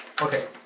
okay